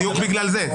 בדיוק בגלל זה.